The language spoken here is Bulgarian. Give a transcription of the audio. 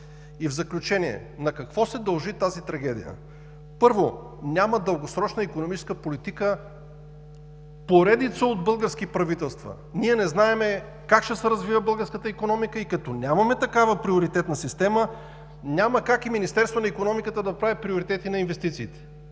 И в заключение – на какво се дължи тази трагедия? Първо, няма дългосрочна икономическа политика в поредица от български правителства. Ние не знаем как ще се развива българската икономика и като нямаме такава приоритетна система, няма как и Министерство на икономиката да направи приоритети на инвестициите.